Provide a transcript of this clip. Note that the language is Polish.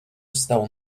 stał